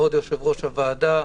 כבוד יושב-ראש הוועדה,